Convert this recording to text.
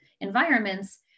environments